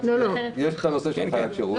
יש נושא של חיית שירות,